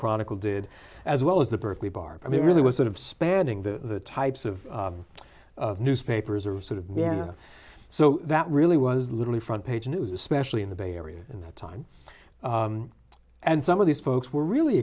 chronicle did as well as the berkeley bar i mean it really was sort of spanning the types of newspapers or sort of yeah so that really was literally front page news especially in the bay area in that time and some of these folks were really